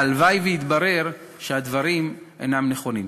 והלוואי שיתברר שהדברים אינם נכונים.